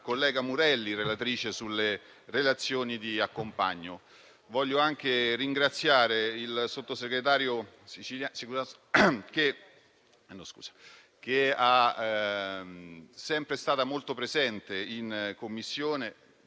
collega Murelli, relatrice delle relazioni di accompagnamento. Voglio anche ringraziare il sottosegretario Siracusano, sempre molto presente in Commissione,